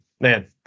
Man